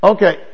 Okay